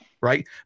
right